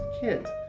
kids